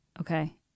okay